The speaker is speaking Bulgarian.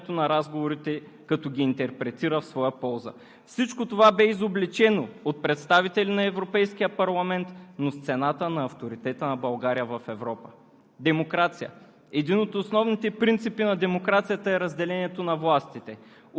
че сама е предизвикала изслушването, а изпълнителната власт открито излъга за съдържанието на разговорите, като ги интерпретира в своя полза. Всичко това бе изобличено от представители на Европейския парламент, но с цената на авторитета на България в Европа.